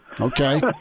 Okay